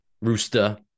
Rooster